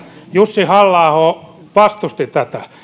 jussi halla aho vastusti tätä